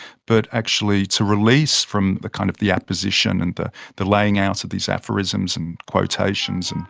but, actually, to release from the, kind of, the apposition, and the the laying out of these aphorisms, and quotations, and